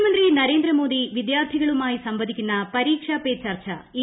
പ്രധാനമന്ത്രി നരേന്ദ്രമോദി വിദ്യാർത്ഥികളുമായി സംവദിക്കുന്ന പരീക്ഷാ പേ ചർച്ച ഈ മാസം ഏഴിന്